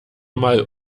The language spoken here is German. mal